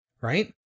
Right